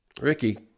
Ricky